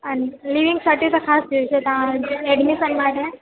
અને living certi તો ખાસ જોઈશે તાં ઍડ્મિશન માટે